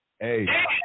Hey